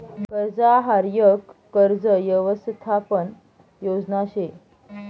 कर्ज आहार यक कर्ज यवसथापन योजना शे